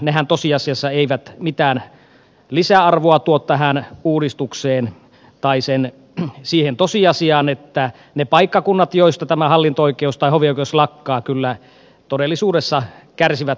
nehän tosiasiassa eivät mitään lisäarvoa tuo tähän uudistukseen tai siihen tosiasiaan että ne paikkakunnat joilta tämä hallinto oikeus tai hovi oikeus lakkaa kyllä todellisuudessa kärsivät merkittävästi tilanteesta